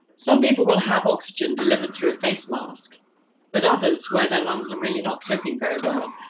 some people will have oxygen delivered through a face mask but others where their lungs are really not coping very well,